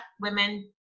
women